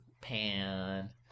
pan